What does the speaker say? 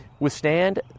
withstand